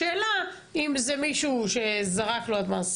השאלה אם זה מישהו שזרק לא יודעת מה,